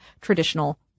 traditional